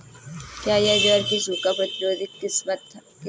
क्या यह ज्वार की सूखा प्रतिरोधी किस्म है?